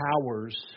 powers